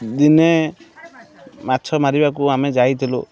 ଦିନେ ମାଛ ମାରିବାକୁ ଆମେ ଯାଇଥିଲୁ